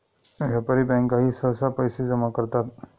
व्यापारी बँकाही सहसा पैसे जमा करतात